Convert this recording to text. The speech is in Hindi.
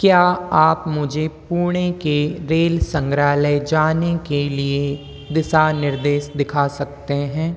क्या आप मुझे पुणे के रेल संग्रहालय जाने के लिए दिशा निर्देश दिखा सकते हैं